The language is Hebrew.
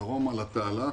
דרומה זה התעלה.